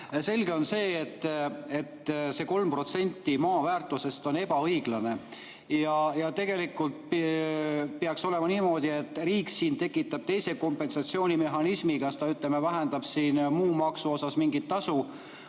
Selge on, et see 3% maa väärtusest on ebaõiglane. Ja tegelikult peaks olema niimoodi, et riik tekitab teise kompensatsioonimehhanismi: näiteks ta, ütleme, vähendab muu maksu osas mingit tasu.